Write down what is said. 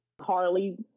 Harley